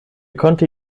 konnte